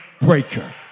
breaker